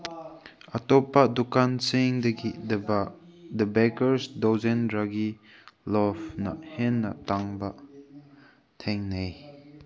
ꯑꯇꯣꯞꯄ ꯗꯨꯀꯥꯟꯁꯤꯡꯗꯒꯤ ꯗ ꯕꯀ꯭ꯔꯁ ꯗꯣꯖꯦꯟ ꯔꯒꯤ ꯂꯣꯐꯅ ꯍꯦꯟꯅ ꯇꯥꯡꯕ ꯊꯦꯡꯅꯩ